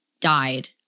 died